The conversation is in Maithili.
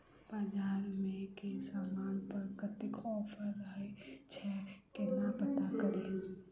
बजार मे केँ समान पर कत्ते ऑफर रहय छै केना पत्ता कड़ी?